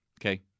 Okay